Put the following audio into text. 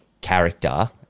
character